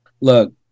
look